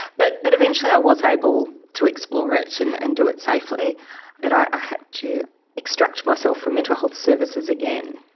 but but eventually i was able to explore it and and do it safely but i had to extract myself from mental health services again,